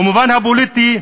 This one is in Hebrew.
במובן הפוליטי,